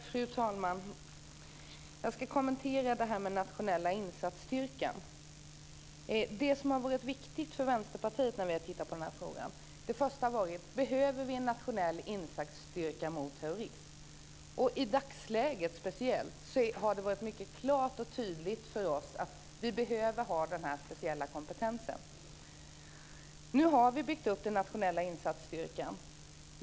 Fru talman! Jag ska kommentera det här med Nationella insatsstyrkan och vad som har varit viktigt för Vänsterpartiet när vi har tittat på den frågan. Det första var: Behöver vi en nationell insatsstyrka mot terrorism? Särskilt i dagens läge har det varit mycket klart och tydligt för oss att vi behöver ha den här speciella kompetensen. Nu har vi byggt upp den nationella insatsstyrkan.